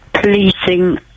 policing